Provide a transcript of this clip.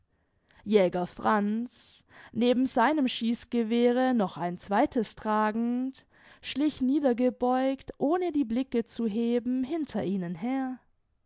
jäger franz neben seinem schießgewehre noch ein zweites tragend schlich niedergebeugt ohne die blicke zu heben hinter ihnen her